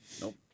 Nope